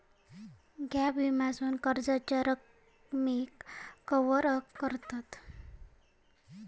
gap विम्यासून कर्जाच्या रकमेक कवर करतत